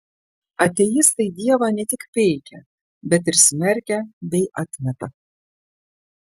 ateistai dievą ne tik peikia bet ir smerkia bei atmeta